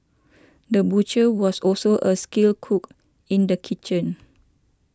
the butcher was also a skilled cook in the kitchen